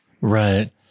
Right